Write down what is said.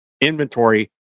inventory